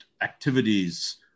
activities